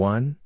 One